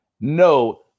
No